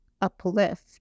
uplift